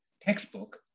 textbook